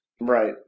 Right